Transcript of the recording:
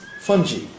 Fungi